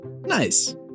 Nice